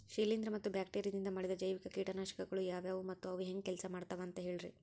ಶಿಲೇಂಧ್ರ ಮತ್ತ ಬ್ಯಾಕ್ಟೇರಿಯದಿಂದ ಮಾಡಿದ ಜೈವಿಕ ಕೇಟನಾಶಕಗೊಳ ಯಾವ್ಯಾವು ಮತ್ತ ಅವು ಹೆಂಗ್ ಕೆಲ್ಸ ಮಾಡ್ತಾವ ಅಂತ ಹೇಳ್ರಿ?